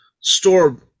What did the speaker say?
store